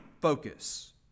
focus